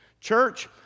Church